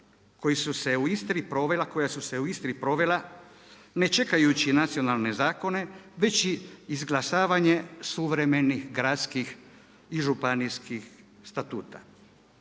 koja su se u Istri provela ne čekajući nacionalne zakone već izglasavanje suvremenih gradskih i županijskih statuta.